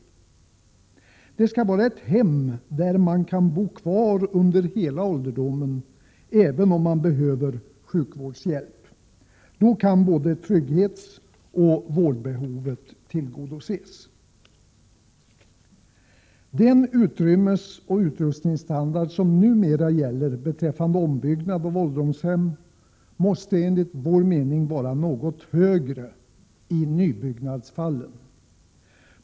Det skall vara ett hem där man kan bo kvar under hela ålderdomen även om man behöver sjukvårdshjälp. Då kan både trygghetsoch vårdbehovet tillgodoses. Den utrymmesoch utrustningsstandard som numera gäller beträffande ombyggnad av ålderdomshem måste enligt vår mening vara något högre i nybyggnadsfallen.